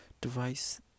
device